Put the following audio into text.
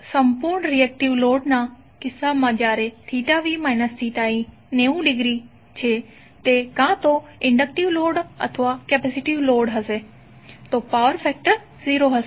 સમ્પુર્ણ reactive load ના કિસ્સામાં જ્યારે v i90 ડિગ્રી તે કાં તો ઈંડક્ટિવ લોડ અથવા કેપેસિટીવ લોડ હોઈ શકે છે ત્યારે પાવર ફેક્ટર 0 હશે